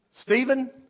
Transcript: Stephen